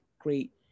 great